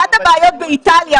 אחת הבעיות באיטליה,